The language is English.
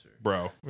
Bro